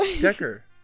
Decker